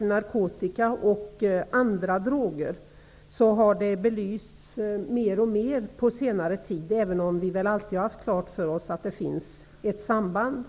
narkotika och andra droger har belysts mer och mer på senare tid, även om vi alltid har haft klart för oss att det finns ett samband.